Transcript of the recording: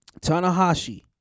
Tanahashi